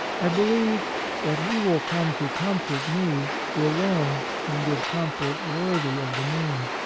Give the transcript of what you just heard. i believe that he will come to comfort me who alone can give comfort worthy of the name.